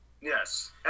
Yes